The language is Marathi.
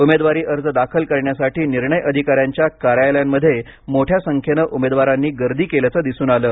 उमेदवारी अर्ज दाखल करण्यासाठी निर्णय अधिकाऱ्यांच्या कार्यालयांमध्ये मोठ्या संख्येने उमेदवारांनी गर्दी केल्याचं दिसून आलं